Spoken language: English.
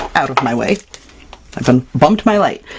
out of my way! i've bum bumped my light.